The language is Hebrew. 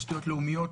תשתיות לאומיות,